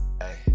Hey